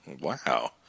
Wow